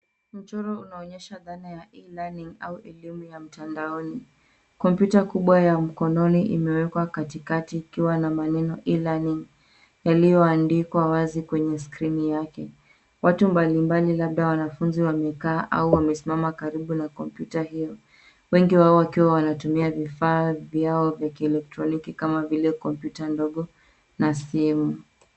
Mchoro unaonyesha dhana ya e-learning au elimu ya mtandaoni. Kompyuta kubwa ya mkononi imewekwa katikati ikiwa na maneno e-learning yaliyoandikwa wazi kwenye skrini yake. Watu mbalimbali labda wanafunzi wamekaa au wamesimama karibu na kompyuta hiyo, wengi wao wakiwa wanatumia vifaa vyao vya kielektroniki kama vile kompyuta ndogo na simu.